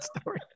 story